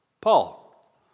Paul